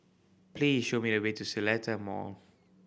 please show me the way to The Seletar Mall